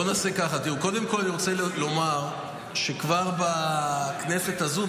בוא נעשה ככה: קודם כול אני רוצה לומר שכבר בכנסת הזאת,